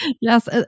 Yes